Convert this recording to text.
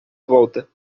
volta